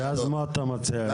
ומה אתה מציע לעשות?